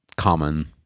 Common